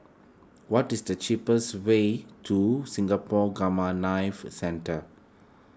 what is the cheapest way to Singapore Gamma Knife Centre